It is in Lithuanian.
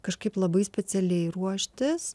kažkaip labai specialiai ruoštis